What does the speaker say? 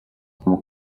com